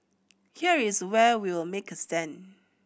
here is where we will make a stand